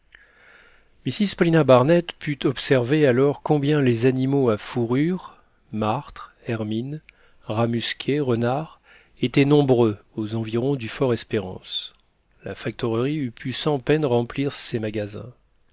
mrs paulina barnett put observer alors combien les animaux à fourrures martres hermines rats musqués renards étaient nombreux aux environs du fort espérance la factorerie eût pu sans peine remplir ses magasins